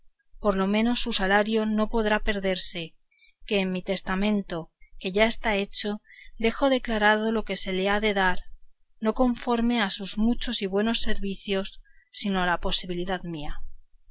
por lo menos su salario no podrá perderse que en mi testamento que ya está hecho dejo declarado lo que se le ha de dar no conforme a sus muchos y buenos servicios sino a la posibilidad mía